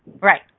Right